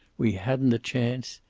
we hadn't a chance.